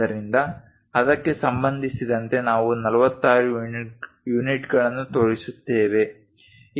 ಆದ್ದರಿಂದ ಅದಕ್ಕೆ ಸಂಬಂಧಿಸಿದಂತೆ ನಾವು 46 ಯೂನಿಟ್ಗಳನ್ನು ತೋರಿಸುತ್ತೇವೆ